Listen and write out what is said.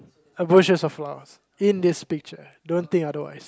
bushes of flowers in this picture don't think otherwise